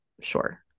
sure